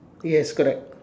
yes correct